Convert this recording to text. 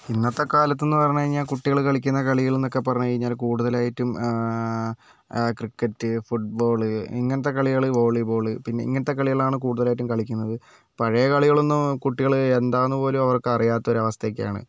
ഇന്നത്തെ കാലത്തെന്ന് പറഞ്ഞു കഴിഞ്ഞാൽ കുട്ടികൾ കളിക്കുന്ന കളികളെന്നൊക്കെ പറഞ്ഞു കഴിഞ്ഞാൽ കൂടുതലായിട്ടും ക്രിക്കറ്റ് ഫുട്ബോള് ഇങ്ങനത്തെ കളികൾ വോളീബോൾ പിന്നെ ഇങ്ങനത്തെ കളികളാണ് കൂടുതലായിട്ടും കളിക്കുന്നത് പഴയ കളികളൊന്നും കുട്ടികൾ എന്താന്ന് പോലും അവർക്കറിയാത്ത ഒരു അവസ്ഥക്കെയാണ്